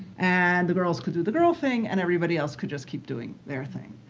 and the girls could do the girl thing. and everybody else could just keep doing their thing.